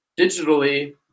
digitally